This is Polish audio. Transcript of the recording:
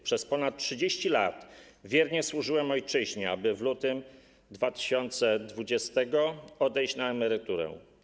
Przez ponad 30 lat wiernie służyłem ojczyźnie, aby w lutym 2020 r. odejść na emeryturę.